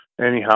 anyhow